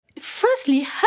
Firstly